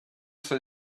say